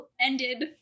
ended